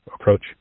approach